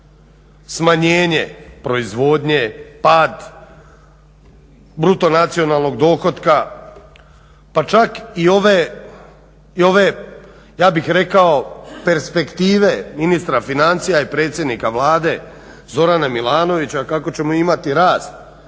smanjenje proizvodnje, pad bruto nacionalnog dohotka pa čak i ove ja bih rekao perspektive Ministra financija i predsjednika Vlade Zorana Milanovića kako ćemo imati rast